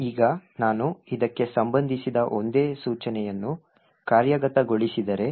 ಈಗ ನಾನು ಇದಕ್ಕೆ ಸಂಬಂಧಿಸಿದ ಒಂದೇ ಸೂಚನೆಯನ್ನು ಕಾರ್ಯಗತಗೊಳಿಸಿದರೆ